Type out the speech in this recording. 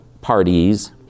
parties